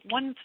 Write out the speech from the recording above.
One